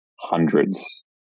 hundreds